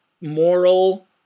moral